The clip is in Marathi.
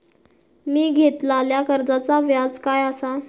मी घेतलाल्या कर्जाचा व्याज काय आसा?